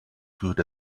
good